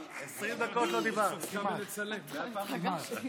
חברי הכנסת, מייד יעלה לברך את חבר הכנסת